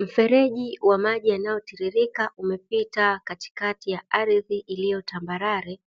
Mfereji wa maji yanayotiririka umepita katikati ya ardhi iliyo tambarare